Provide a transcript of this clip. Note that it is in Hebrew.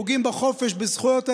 פוגעים בחופש, בזכויות האזרחים,